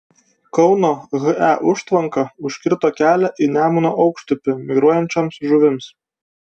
kauno he užtvanka užkirto kelią į nemuno aukštupį migruojančioms žuvims